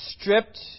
stripped